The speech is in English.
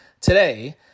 today